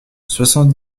soixante